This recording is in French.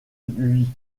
lui